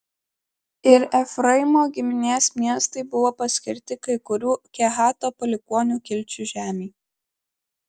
ir efraimo giminės miestai buvo priskirti kai kurių kehato palikuonių kilčių žemei